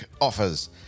offers